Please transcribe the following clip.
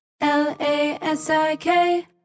l-a-s-i-k